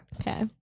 okay